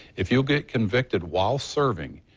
if you'll get convicted while serving,